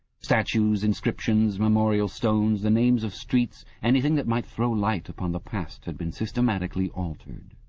statues, inscriptions, memorial stones, the names of streets anything that might throw light upon the past had been systematically altered.